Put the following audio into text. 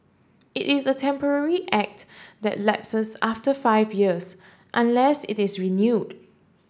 it is a temporary act that lapses after five years unless it is renewed